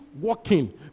working